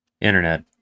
Internet